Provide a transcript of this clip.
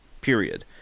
period